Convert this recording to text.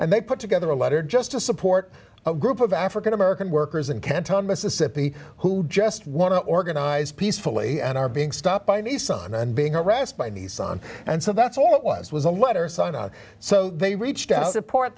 and they put together a letter just to support a group of african american workers in canton mississippi who just want to organize peacefully and are being stopped by nissan and being harassed by nissan and so that's all it was was a letter signed on so they reached out to support